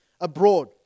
abroad